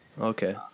okay